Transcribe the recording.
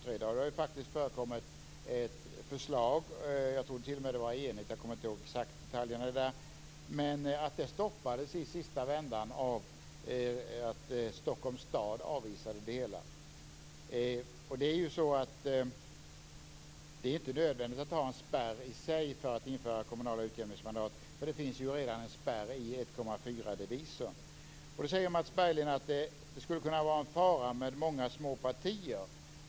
Det har funnits ett förslag, som jag tror t.o.m. var enigt - jag kommer inte ihåg de exakta detaljerna - men det stoppades i sista vändan av att Stockholms stad avvisade det hela. Det är inte nödvändigt i sig att ha en spärr för att införa kommunala utjämningsmandat, för det finns ju redan en spärr i 1,4-devisen. Mats Berglind säger att det skulle kunna vara en fara med många små partier.